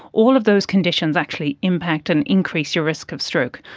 all of those conditions actually impact and increase your risk of stroke.